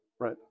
Right